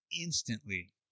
instantly